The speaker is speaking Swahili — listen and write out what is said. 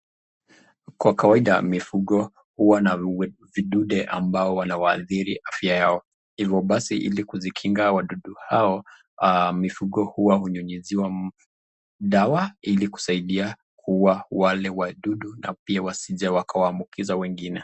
Kwa kawaida mifugo huwa na vidude ambao Huwa wanawadhiri afya yao . Hivyo basi ili kuzikinga wadudu hao, mifugo huwa hunyunyusiwa dawa ili kusaidia kukuwa wale wadudu, na pia wasije wakaambuki za wengine.